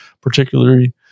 particularly